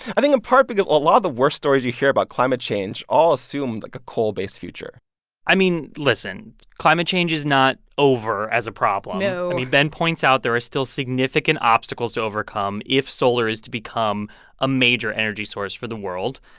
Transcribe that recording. i think in part because a lot of the worst stories you hear about climate change all assume, like, a coal-based future i mean, listen. climate change is not over as a problem no i mean, ben points out there are still significant obstacles to overcome if solar is to become a major energy source for the world.